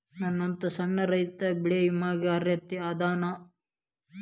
ನನ್ನಂತ ಸಣ್ಣ ರೈತಾ ಬೆಳಿ ವಿಮೆಗೆ ಅರ್ಹ ಅದನಾ?